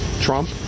Trump